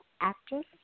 actress